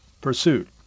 pursuit